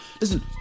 listen